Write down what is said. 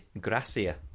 Gracia